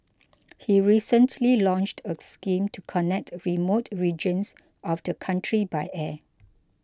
he recently launched a scheme to connect remote regions of the country by air